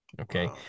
Okay